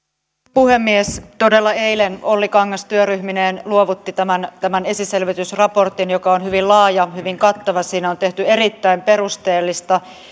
puhemies todella eilen olli kangas työryhmineen luovutti tämän tämän esiselvitysraportin joka on hyvin laaja hyvin kattava siinä on tehty erittäin perusteellista